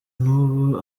n’ubu